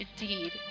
indeed